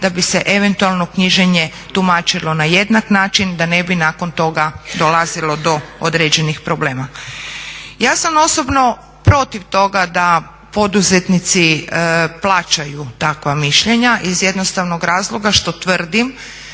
da bi se eventualno knjiženje tumačilo na jednak način, da ne bi nakon toga dolazilo do određenih problema. Ja sam osobno protiv toga da poduzetnici plaćaju takva mišljenja iz jednostavnog razloga što tvrdim